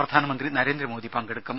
പ്രധാനമന്ത്രി നരേന്ദ്രമോദി പങ്കെടുക്കും